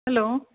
hello